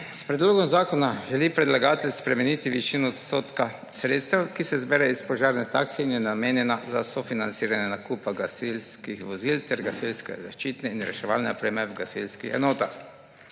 S predlogom zakona želi predlagatelj spremeniti višino odstotka sredstev, ki se zbere iz požarne takse in je namenjena za sofinanciranje nakupa gasilskih vozil ter gasilske zaščitne in reševalne opreme v gasilskih enotah.